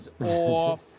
off